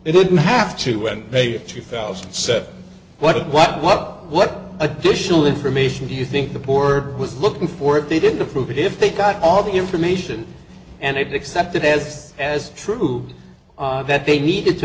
they didn't have to when they two thousand and seven what what what what additional information do you think the poor was looking for if they didn't approve it if they got all the information and i've accepted as as true that they needed to